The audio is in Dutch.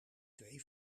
twee